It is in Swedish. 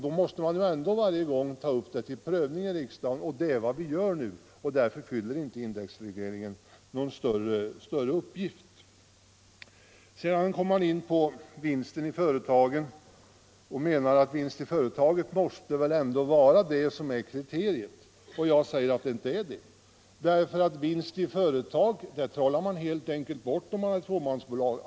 Då måste ändå frågan varje gång den kommer upp här i riksdagen tas under omprövning såsom vi gör i dag. Därför fyller indexregleringen inte någon större uppgift. Sedan kom man här in på vinsten i företagen och ansåg att den måste vara ett kriterium på ett bärkraftigt företag. Jag anser att det är fel. Vinst i företag trollas helt enkelt bort om det gäller fåmansbolag.